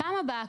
בפעם הבאה,